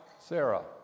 Sarah